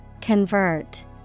Convert